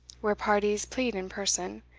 where parties plead in person,